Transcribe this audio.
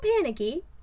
panicky